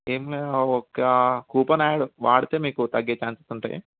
ఏం లేదు ఒక్క కూపన్ యా వాడితే మీకు తగ్గే ఛాన్సెస్ ఉంటాయి